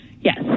Yes